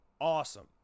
awesome